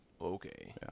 okay